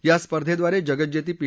या स्पर्धेद्वारे जगज्जेती पी